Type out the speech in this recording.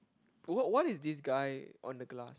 what why is this guy on the glass